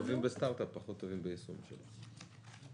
תודה רבה.